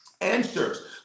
Answers